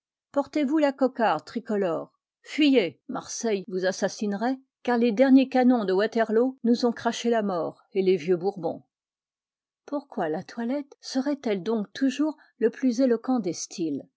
portez-vous la cocarde tricolore fuyez marseille vous assassinerait car les derniers canons de waterloo nous ont craché la mort et les vieux bourbons pourquoi la toilette serait-elle donc toujours le plus éloquent des styles